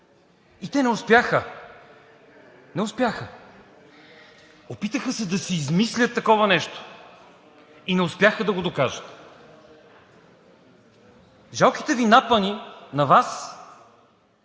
И те не успяха. Не успяха. Опитаха се да си измислят такова нещо и не успяха да го докажат. Жалките Ви напъни – на Вас